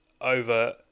over